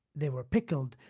they were pickled,